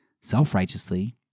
self-righteously